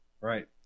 Right